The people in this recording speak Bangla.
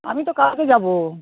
আমি তো কালকে যাব